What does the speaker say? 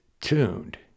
tuned